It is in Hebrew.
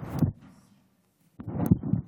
זרוק נושא.